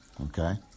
Okay